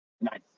Nice